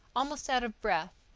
almost out of breath,